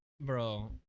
bro